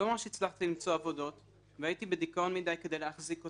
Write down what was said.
לא ממש הצלחתי למצוא עבודות והייתי בדיכאון מדיי כדי להחזיק אותם,